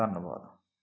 ਧੰਨਵਾਦ